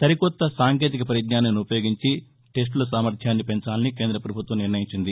సరికొత్త సాంకేతిక పరిజ్ఞానాన్ని ఉపయోగించి టెస్టుల సామర్యాన్ని పెంచాలని కేంద్ర ప్రభుత్వం నిర్ణయించింది